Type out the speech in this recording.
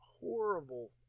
horrible